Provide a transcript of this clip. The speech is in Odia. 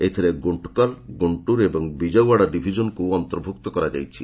ଏଥିରେ ଗୁର୍ଷକଲ୍ ଗୁଣ୍ଟୁର୍ ଓ ବିଜୟୱାଡ଼ା ଡିଭିଜନକୁ ଅନ୍ତର୍ଭୁକ୍ତ କରାଯାଇଛି